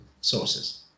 sources